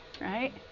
right